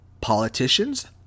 politicians